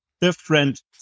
different